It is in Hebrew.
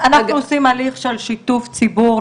אנחנו עושים הליך של שיתוף ציבור,